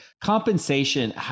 compensation